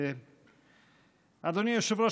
אדוני היושב-ראש,